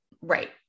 Right